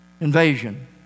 invasion